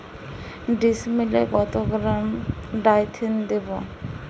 ডিস্মেলে কত gram Dithane দেবো?